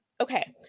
Okay